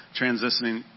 transitioning